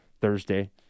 Thursday